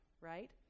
right